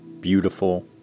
beautiful